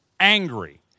angry